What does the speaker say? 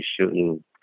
shooting